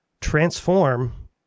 transform